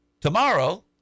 tomorrow